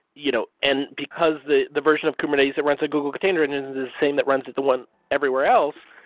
you know and because the the version of kubernetes that runs at google container and then the same that runs at the one everywhere else,